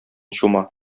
чума